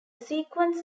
sequence